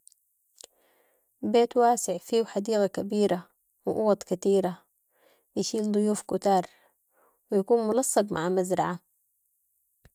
بيت واسع فيهو حديقه كبيره و اوض كتيرة، بيشيل ضيوف كتار و يكون ملصق مع مزرعة.